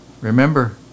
remember